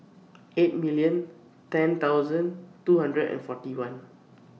eight million ten thousand two hundred and forty one